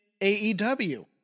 AEW